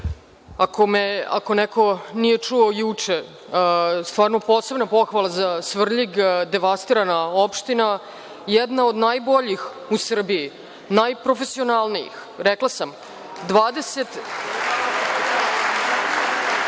Ako me neko nije čuo juče, stvarno posebna pohvala za Svrljig. Devastirana opština, jedna od najboljih u Srbiji, najprofesionalnijih. Rekla sam, ima